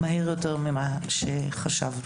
מהר יותר ממה שחשבנו.